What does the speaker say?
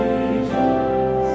Jesus